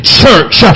church